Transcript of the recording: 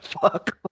fuck